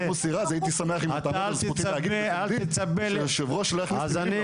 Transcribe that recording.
אל תצפה שהיושב ראש לא יכניס לי מילים